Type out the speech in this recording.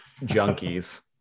junkies